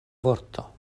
vorto